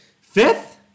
fifth